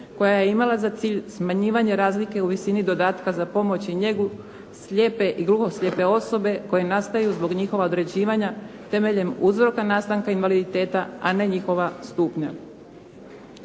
koja je imala za cilj smanjivanje razlike u visini dodatka za pomoć i njegu slijepe i gluho slijepe osobe koje nastaju zbog njihova određivanja temeljem uzroka nastanka invaliditeta a ne njihova stupnja.